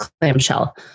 clamshell